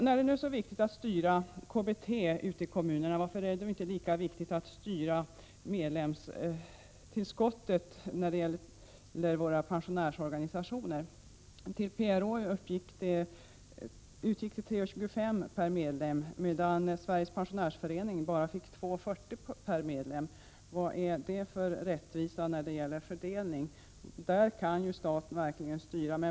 När det nu är så viktigt att styra KBT ute i kommunerna, kan man fråga sig varför det inte är lika viktigt att styra medlemstillskottet när det gäller våra pensionärsorganisationer. Till PRO utgick 3:25 per medlem, medan Sveriges pensionärsförening fick bara 2:40 per medlem. Vad är det för rättvisa? Där kan ju staten verkligen styra.